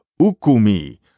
ukumi